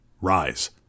rise